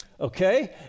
Okay